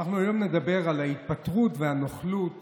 אנחנו היום נדבר על ההתפטרות והנוכלות